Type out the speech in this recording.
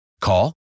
Call